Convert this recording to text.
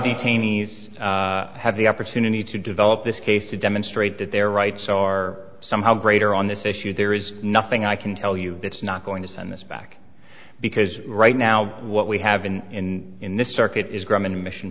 detainees have the opportunity to develop this case to demonstrate that their rights are somehow greater on this issue there is nothing i can tell you that's not going to send this back because right now what we have in in in this market is growing in mission